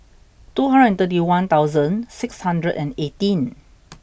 two hundred and thirty one thousand six hundred and eighteen